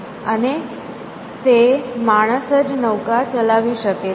અને તે માણસ જ નૌકા ચલાવી શકે છે